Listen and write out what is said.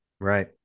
Right